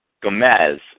Gomez